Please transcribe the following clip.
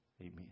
amen